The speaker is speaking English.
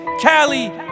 Cali